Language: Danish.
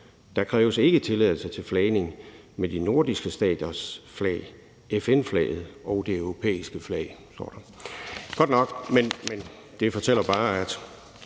ikke kræves tilladelse til flagning med de nordiske staters flag, FN-flaget og det europæiske flag.